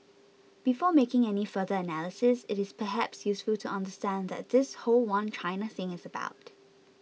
before making any further analysis it is perhaps useful to understand what this whole One China thing is about